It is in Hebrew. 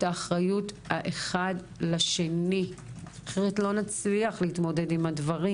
האחריות האחד לשני אחרת לא נצליח להתמודד עם הדברים,